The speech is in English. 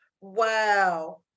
wow